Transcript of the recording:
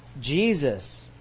Jesus